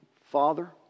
Father